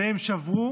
והם שברו